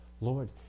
Lord